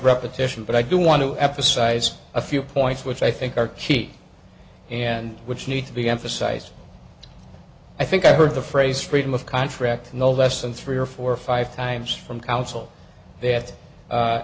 repetition but i do want to emphasize a few points which i think are key and which need to be emphasized i think i've heard the phrase freedom of contract no less than three or four or five times from counsel that